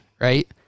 right